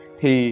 thì